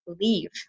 leave